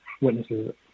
witnesses